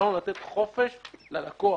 באנו לתת חופש ללקוח.